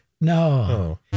No